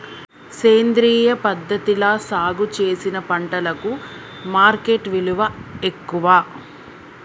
సేంద్రియ పద్ధతిలా సాగు చేసిన పంటలకు మార్కెట్ విలువ ఎక్కువ